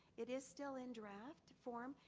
it is still in draft form.